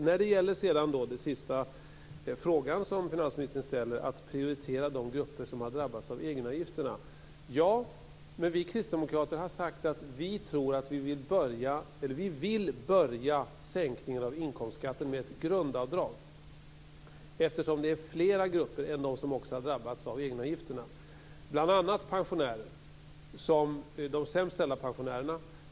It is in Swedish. Sedan gäller det den sista frågan som finansministern ställer om att prioritera de grupper som har drabbats av egenavgifterna. Ja, men vi kristdemokrater har sagt att vi vill börja sänkningen av inkomstskatten med ett grundavdrag eftersom det är flera grupper än dessa som också har drabbats av egenavgifterna. Det handlar bl.a. om de sämst ställda pensionärerna.